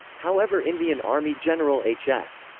however indian army general h s.